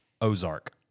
Ozark